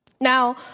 Now